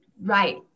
Right